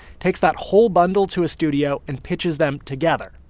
takes that whole bundle to a studio and pitches them together.